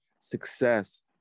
success